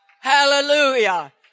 hallelujah